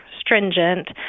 stringent